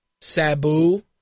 Sabu